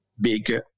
big